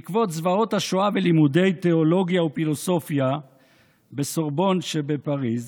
בעקבות זוועות השואה ולימודי תיאולוגיה ופילוסופיה בסורבון שבפריז,